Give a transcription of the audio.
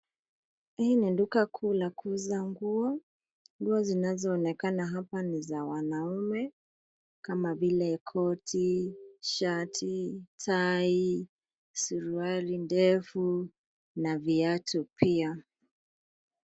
Hii ni duka kuu la kuuza nguo. Nguo zinazoonekana hapa ni za wanaume kama vile koti, shati, tai, suruali ndefu na viatu pia.